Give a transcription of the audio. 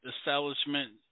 establishment